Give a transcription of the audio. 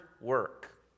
work